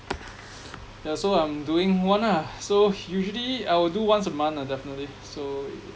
yeah so I'm doing one lah so usually I will do once a month ah definitely so